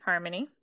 Harmony